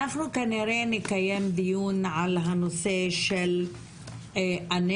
אנחנו כנראה נקיים דיון על הנושא של הנשק,